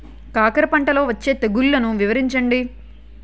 కాకర పంటలో వచ్చే తెగుళ్లను వివరించండి?